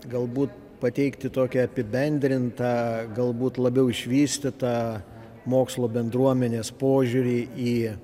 galbūt pateikti tokį apibendrintą galbūt labiau išvystytą mokslo bendruomenės požiūrį į